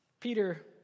Peter